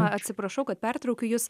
atsiprašau kad pertraukiu jus